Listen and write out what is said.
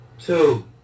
Two